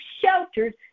Shelters